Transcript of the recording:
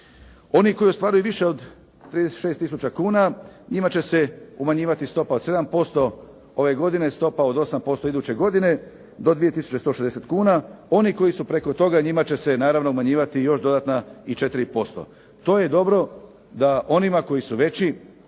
Oni koji ostvaruju više od 36000 kuna njima će se umanjivati stopa od 7% ove godine stopa od 8% iduće godine do 2000 160 kuna. Oni koji su preko toga njima će se naravno umanjivati i još dodatna i 4%. To je dobro da onima koji su veći